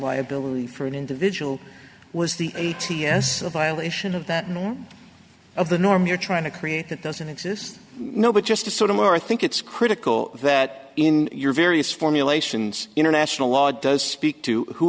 liability for an individual was the a t s a violation of that norm of the norm you're trying to create that doesn't exist no but just to sort of i think it's critical that in your various formulations international law does speak to who